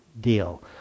deal